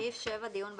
סעיף 7, דיון בעררים.